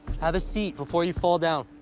have a seat before you fall down,